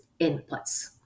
inputs